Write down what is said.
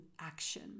action